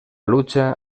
lucha